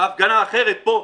בהפגנה אחרת פה,